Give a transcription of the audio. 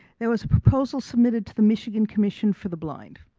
there was a proposal submitted to the michigan commission for the blind